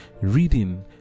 reading